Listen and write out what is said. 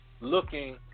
looking